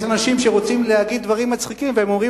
יש אנשים שרוצים להגיד דברים מצחיקים והם אומרים